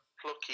plucky